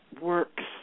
works